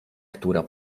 która